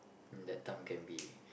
that time can be